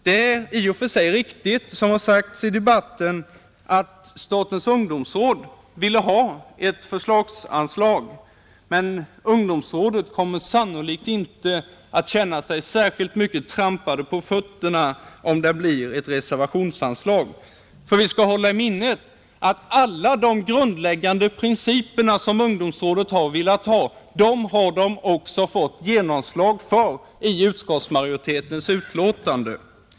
Det är i och för sig riktigt, som har sagts i debatten, att statens ungdomsråd ville ha ett förslagsanslag, men ungdomsrådet kommer sannolikt inte att känna sig så särskilt mycket trampat på fötterna om det blir ett reservationsanslag. Vi skall nämligen hålla i minnet att alla de grundläggande principer som ungdomsrådet har velat tillämpa har det också fått gensvar för i utskottsmajoritetens betänkande.